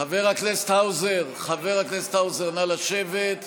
חבר הכנסת האוזר, נא לשבת.